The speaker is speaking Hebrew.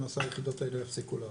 למעשה היחידות האלה יפסיקו לעבוד.